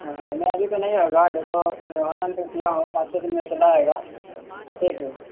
ہاں نہیں ابھی تو نہیں ہوگا دیکھو آن لائن کر دیا ہوں پانچ چھ دن میں چلا آئے گا ٹھیک ہے